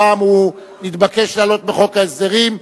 הפעם הוא נתבקש לעלות בחוק ההסדרים,